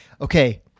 Okay